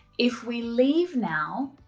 if we leave now.